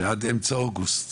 שעד אמצע אוגוסט